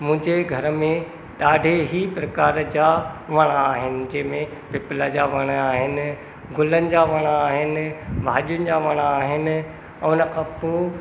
मुहिंजे घर में ॾाढे ई प्रकार जा वण आहिनि जंहिंमें पिपल जा वण आहिनि गुलनि जा वणा आहिनि भाॼियुनि जा वण आहिनि ऐं उनखां पोइ